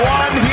one